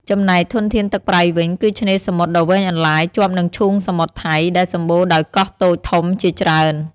ចំណែកធនធានទឹកប្រៃវិញ គឺឆ្នេរសមុទ្រដ៏វែងអន្លាយជាប់នឹងឈូងសមុទ្រថៃ ដែលសម្បូរដោយកោះតូចធំជាច្រើន។